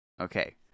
Okay